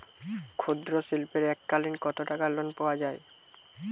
ক্ষুদ্রশিল্পের এককালিন কতটাকা লোন পাওয়া য়ায়?